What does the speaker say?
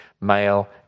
male